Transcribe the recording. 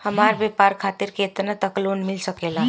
हमरा व्यापार खातिर केतना तक लोन मिल सकेला?